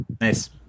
nice